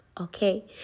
Okay